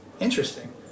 interesting